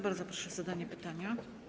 Bardzo proszę o zadanie pytania.